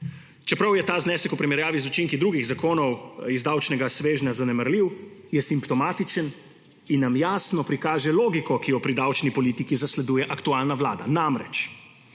Čeprav je ta znesek v primerjavi z učinki drugih zakonov iz davčnega svežnja zanemarljiv, je simptomatičen in nam jasno prikaže logiko, ki jo pri davčni politiki zasleduje aktualna vlada. Namreč,